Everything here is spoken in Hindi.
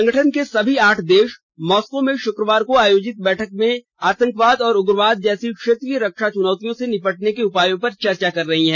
संगठन के सभी आठ देश मॉस्को में शुक्रवार को आयोजित बैठक में आतंकवाद और उग्रवाद जैसी क्षेत्रीय रक्षा चुनौतियों से निपटने के उपायों पर चर्चा कर रही है